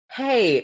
hey